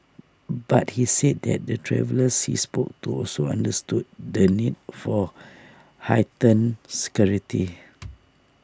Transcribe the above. but he said that the travellers he spoke to also understood the need for heightened security